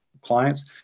clients